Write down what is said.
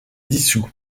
dissous